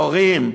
מורים,